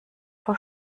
vor